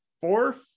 fourth